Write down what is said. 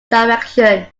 directions